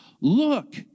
look